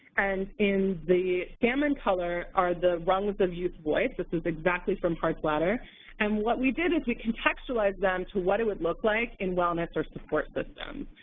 and in the salmon color are the rungs of youth voice this is exactly from hart's ladder and what we did is we contextualized them to what it would look like in wellness or support systems.